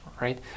right